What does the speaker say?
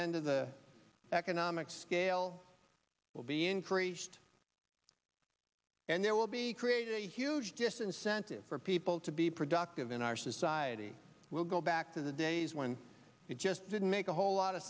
end of the economic scale will be increased and there will be created a huge disincentive for people to be productive in our society we'll go back to the days when it just didn't make a whole lot of